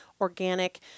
organic